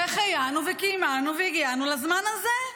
שהחיינו וקיימנו והגיענו לזמן הזה.